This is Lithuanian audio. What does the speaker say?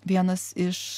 vienas iš